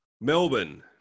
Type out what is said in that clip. Melbourne